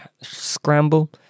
scramble